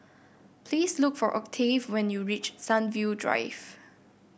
please look for Octave when you reach Sunview Drive